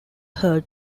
heard